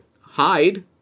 hide